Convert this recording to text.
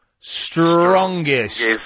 Strongest